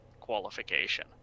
qualification